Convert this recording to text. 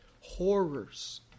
horrors